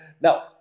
Now